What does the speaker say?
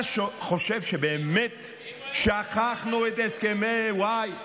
אתה חושב שבאמת שכחנו את הסכמי וואי?